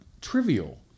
trivial